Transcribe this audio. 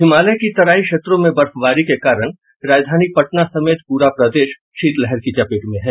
हिमालय की तराई क्षेत्रों में बर्फवारी के कारण राजधानी पटना समेत पूरा प्रदेश शीतलहर की चपेट में है